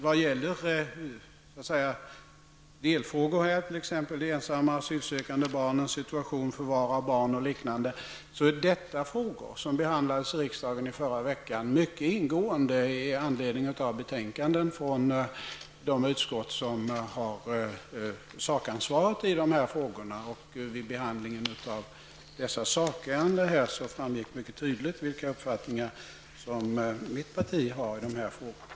Vissa delfrågor, t.ex. ensamma asylsökande barns situation och förvar av barn, är frågor som behandlades av riksdagen i förra veckan mycket ingående med anledning av betänkanden från de utskott som har sakansvaret i dessa frågor. Vid behandlingen av dessa sakärenden framgick mycket tydligt vilka uppfattningar som mitt parti har i dessa frågor.